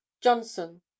johnson